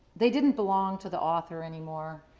they didn't belong to the author anymore,